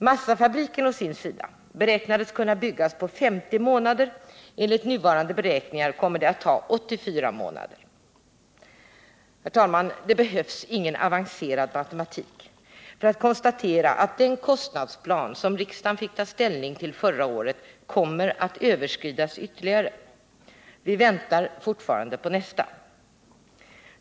Massafabriken å sin sida beräknades kunna byggas på 50 månader. Enligt nuvarande beräkningar kommer det att ta 84 månader. Herr talman! Det behövs ingen avancerad matematik för att konstatera att den kostnadsplan som riksdagen fick ta ställning till förra året kommer att överskridas ytterligare. Vi väntar fortfarande på nästa.